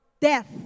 death